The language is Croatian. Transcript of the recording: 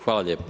Hvala lijepo.